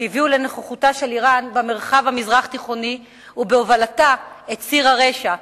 שהביאו לנוכחותה של אירן במרחב המזרח-תיכוני ובהובלתה את ציר הרשע,